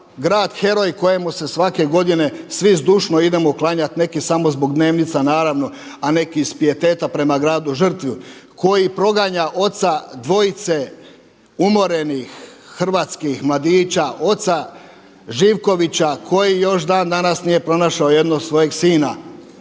grad heroj kojemu se svake godine svi zdušno idemo klanjati neki samo zbog dnevnica naravno, a neki iz pijeteta prema gradu žrtvi koji proganja oca dvojice umorenih hrvatskih mladića, oca Živkovića koji još dan danas nije pronašao jednog od svojeg sina.